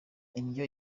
indyo